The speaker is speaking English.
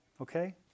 Okay